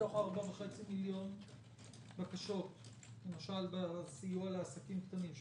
מתוך 4.5 מיליון בקשות בסיוע לעסקים קטנים,